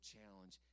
Challenge